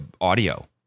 audio